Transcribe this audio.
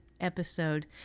episode